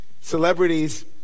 celebrities